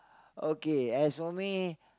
okay as for me